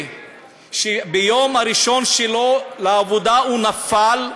שביום הראשון שלו לעבודה הוא נפל.